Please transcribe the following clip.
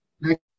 next